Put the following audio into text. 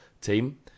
team